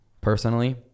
personally